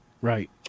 Right